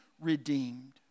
redeemed